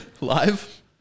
Live